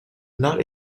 not